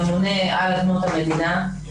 הממונה על אדמות המדינה,